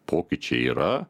pokyčiai yra